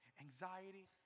Anxiety